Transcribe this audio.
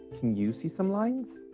can you see some lines?